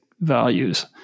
values